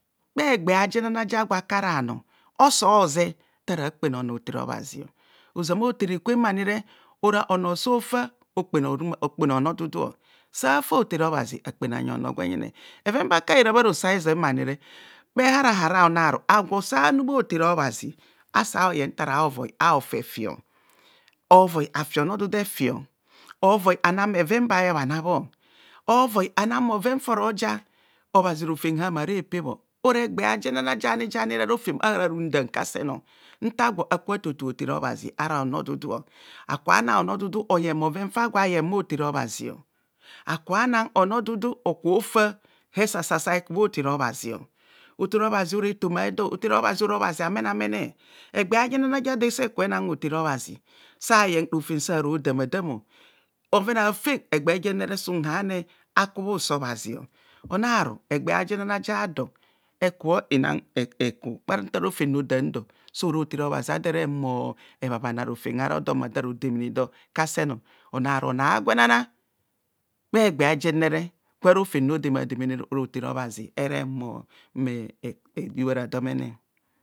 Bha egbeh ajenana ja gwo aka ra bhanor oso ze nta ra kpere onor hotere obhazi ozama hotere kwemanire ora onor so far okpene onor dudu safa hotere obhazi a kpene anyi onor gwen jene, bheven baka bhera bha roso a'zoi manire bhehara hara onaru agwo sa nu bha hotere obhazi asa ye ntorovoi a'ofefio ovoi afi ono dudu efi ovoi ana bheven ba bhebhana bho ovoi ana bhoja obhazi rofem hamare pebho ora egbe ara jani jani ero na rofem run deme ne kasen kasen ntagwo aka totobha hotere obhazi ara onordudu aka na onodudu oyen moven fa gwo aye bha hotere obhazio aka ana onodudu oze esasa sa he ku bha hotere obtere obhazi ora etoma edor, hotere obhazi ora obhazi amena mene. Egbe ajenana ja doese ke na hotere obha zi sayen rofem sa rodama damo bhoven o'fen egba jere sunhani a ku bhausa obhazi onaru egba jenana sa do eku ntarofem ro dam dor sora hotere obhazi ador ehere huomo ebhabhana rofem ha rodo mma da rodemene dor kasen onary onor agwenana bha egbe jenere gwa rofem ro demademene ora hotere obhazi ere humo ehubhara domene.